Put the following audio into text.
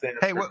Hey